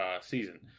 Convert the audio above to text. season